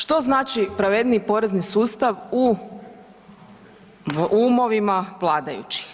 Što znači pravedniji porezni sustav u umovima vladajućih?